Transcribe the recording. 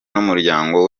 n’umuryango